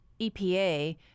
EPA